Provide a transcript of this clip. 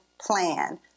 plan